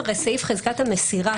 הרי סעיף חזקת המסירה,